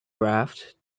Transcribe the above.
raft